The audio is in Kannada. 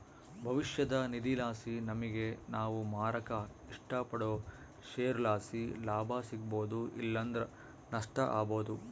ಭವಿಷ್ಯದ ನಿಧಿಲಾಸಿ ನಮಿಗೆ ನಾವು ಮಾರಾಕ ಇಷ್ಟಪಡೋ ಷೇರುಲಾಸಿ ಲಾಭ ಸಿಗ್ಬೋದು ಇಲ್ಲಂದ್ರ ನಷ್ಟ ಆಬೋದು